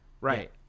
right